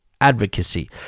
Advocacy